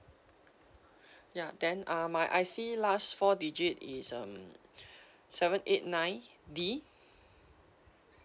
ya then uh my I_C last four digit is um seven eight nine D